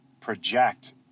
project